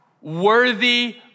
worthy